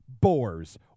boars